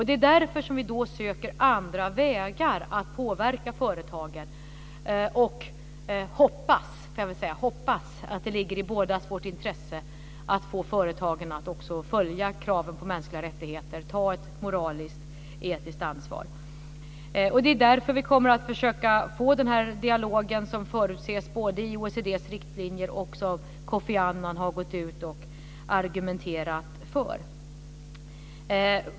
Det är därför som vi då söker andra vägar att påverka företagen och hoppas att det ligger i bådas vårt intresse att få företagen att också följa kraven på mänskliga rättigheter, ta ett moraliskt och etiskt ansvar. Det är därför som vi kommer att försöka att få den här dialogen som förutses i OECD:s riktlinjer och som Kofi Annan har argumenterat för.